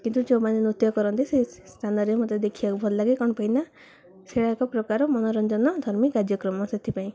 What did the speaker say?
କିନ୍ତୁ ଯେଉଁମାନେ ନୃତ୍ୟ କରନ୍ତି ସେ ସ୍ଥାନରେ ମୋତେ ଦେଖିବାକୁ ଭଲ ଲାଗେ କ'ଣ ପାଇଁନା ସେଇଡ଼ ଏକ ପ୍ରକାର ମନୋରଞ୍ଜନ ଧର୍ମୀ କାର୍ଯ୍ୟକ୍ରମ ସେଥିପାଇଁ